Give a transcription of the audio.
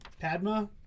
padma